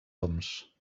homs